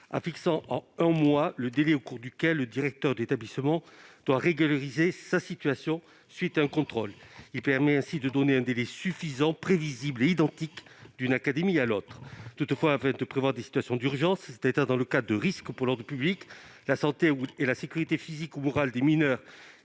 fixant à un mois le délai au cours duquel le directeur de l'établissement doit régulariser sa situation à la suite d'un contrôle. Il permet ainsi de prévoir un délai suffisant, prévisible et identique d'une académie à l'autre. Toutefois, afin de prévoir les situations d'urgence, c'est-à-dire dans les cas de « risques pour l'ordre public, la santé et la sécurité physique ou morale des mineurs